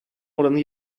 oranı